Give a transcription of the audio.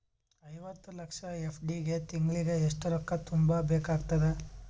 ಐವತ್ತು ಲಕ್ಷ ಎಫ್.ಡಿ ಗೆ ತಿಂಗಳಿಗೆ ಎಷ್ಟು ರೊಕ್ಕ ತುಂಬಾ ಬೇಕಾಗತದ?